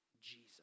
Jesus